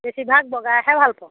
বেছিভাগ বগাহে ভাল পাওঁ